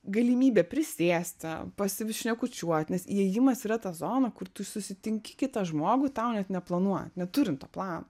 galimybę prisėsti pasišnekučiuot nes įėjimas yra ta zona kur tu susitinki kitą žmogų tau net neplanuojant neturint to plano